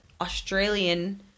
Australian